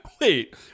Wait